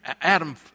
Adam